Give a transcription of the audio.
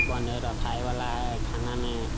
बनैले खाइ बला है खानामे